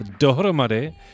Dohromady